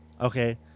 Okay